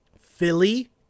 Philly